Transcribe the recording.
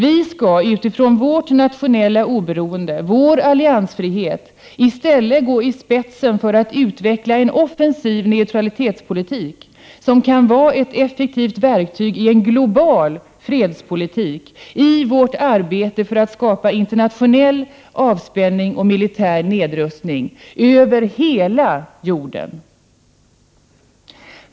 Vi skall utifrån vårt nationella oberoende, vår alliansfrihet, i stället gå i spetsen för att man skall utveckla en offensiv neutralitetspolitik som kan vara ett effektivt verktyg i en global fredspolitik och i vårt arbete för att skapa internationell avspänning och militär nedrustning — över hela världen.